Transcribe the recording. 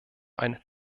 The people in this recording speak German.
ein